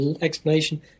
explanation